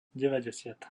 deväťdesiat